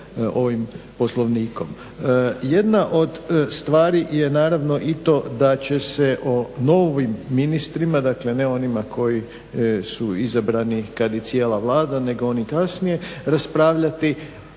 ovim Poslovnikom. Jedna od stvari je naravno i to da će se o novim ministrima, dakle ne onima koji su izabrani kad i cijela Vlada nego oni kasnije, raspravljati